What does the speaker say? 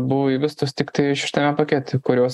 buvo įvestos tiktai šeštame pakete kurios